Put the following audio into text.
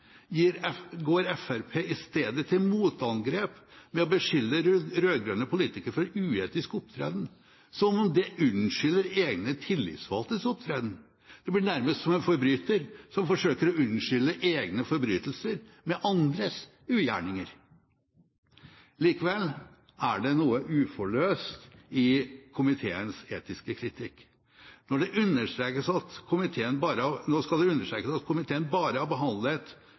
går Fremskrittspartiet i stedet til motangrep med å beskylde rød-grønne politikere for uetisk opptreden, som om det unnskylder egne tillitsvalgtes opptreden. Det blir nærmest som en forbryter som forsøker å unnskylde egne forbrytelser med andres ugjerninger. Likevel er det noe uforløst i komiteens etiske kritikk. Nå skal det understrekes at komiteen bare har